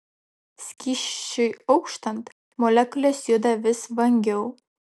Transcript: skysčiui auštant molekulės juda vis vangiau